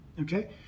Okay